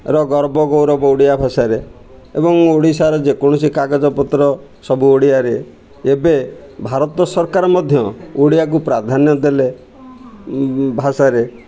ର ଗର୍ବ ଗୌରବ ଓଡ଼ିଆଭାଷାରେ ଏବଂ ଓଡ଼ିଶାର ଯେକୌଣସି କାଗଜପତ୍ର ସବୁ ଓଡ଼ିଆରେ ଏବେ ଭାରତ ସରକାର ମଧ୍ୟ ଓଡ଼ିଆକୁ ପ୍ରାଧାନ୍ୟ ଦେଲେ ଭାଷାରେ